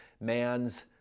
man's